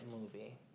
movie